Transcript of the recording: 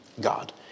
God